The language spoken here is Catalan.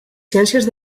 ciències